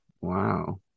Wow